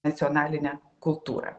nacionalinę kultūrą